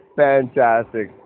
fantastic